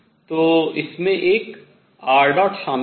तो इसमें एक r शामिल है